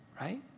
right